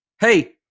hey